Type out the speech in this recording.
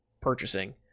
purchasing